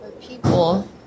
people